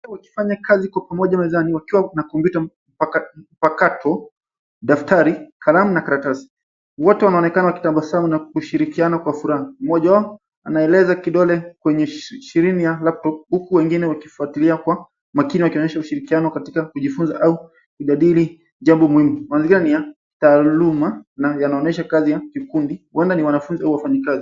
Wakifanya kazi kwa pamoja mezani wakiwa na kompyuta mpakato, daftari, kalamu na karatasi. Wote wanaonekana wakitabasamu na kushirikiana kwa furaha. Mmoja wao anaeleza kidole kwenye skrini ya laptop huku wengine wakifuatilia kwa makini wakionyesha ushirikiano katika kujifunza au kujadili jambo muhimu kwa njia ya taaluma na yanaonyesha kazi ya vikundi huenda ni wanafunzi au wafanyakazi.